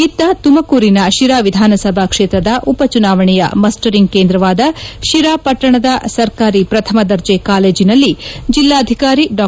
ಇತ್ತ ತುಮಕೂರಿನ ಶಿರಾ ವಿಧಾನಸಭಾ ಕ್ಷೇತ್ರದ ಉಪ ಚುನಾವಣೆಯ ಮಸ್ಟರಿಂಗ್ ಕೇಂದ್ರವಾದ ಶಿರಾ ಪಟ್ಟಣದ ಸರ್ಕಾರಿ ಪ್ರಥಮ ದರ್ಜೆ ಕಾಲೇಜಿನಲ್ಲಿ ಜಿಲ್ನಾಧಿಕಾರಿ ಡಾ